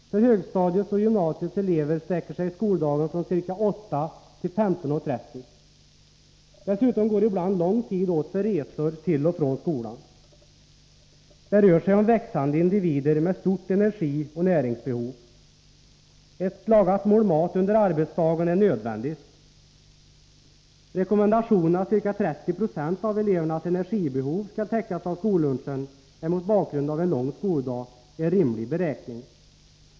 För högstadiets och gymnasiets elever sträcker sig skoldagen från ca 08.00 till 15.30. Dessutom går det ibland åt lång tid för resor till och från skolan. Det rör sig om växande individer med stort energioch näringsbehov. Ett lagat mål mat under arbetsdagen är nödvändigt. Rekommendationen att ca 30 26 av elevernas energibehov skall täckas av skollunchen är mot bakgrund av en lång skoldag en rimlig beräkning.